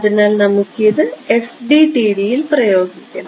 അതിനാൽ നമുക്കിത് FDTD യിൽ പ്രയോഗിക്കണം